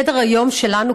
סדר-היום שלנו,